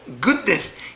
goodness